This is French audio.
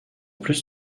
plus